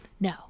No